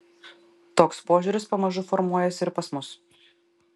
toks požiūris pamažu formuojasi ir pas mus